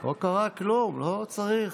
לא קרה כלום, לא צריך,